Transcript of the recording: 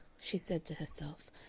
she said to herself,